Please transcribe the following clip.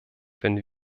wenn